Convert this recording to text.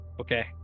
Okay